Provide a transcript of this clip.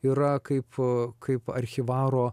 yra kaip kaip archyvaro